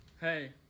Hey